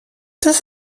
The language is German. das